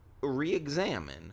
re-examine